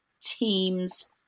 teams